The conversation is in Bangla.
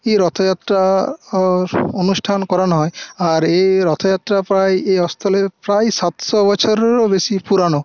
ই রথযাত্রা র অনুষ্ঠান করানো হয় আর এই রথযাত্রা প্রায় এই অস্তলের প্রায় সাতশো বছরেরও বেশি পুরানো